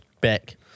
back